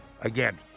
again